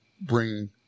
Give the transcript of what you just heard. bring